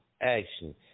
action